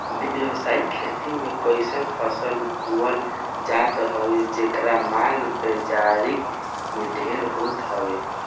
व्यावसायिक खेती में अइसन फसल बोअल जात हवे जेकर मांग बाजारी में ढेर होत हवे